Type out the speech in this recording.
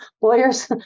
lawyers